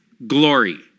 Glory